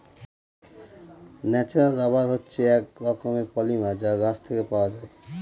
natural rubber হচ্ছে এক রকমের পলিমার যা গাছ থেকে পাওয়া যায়